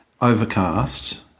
Overcast